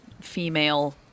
female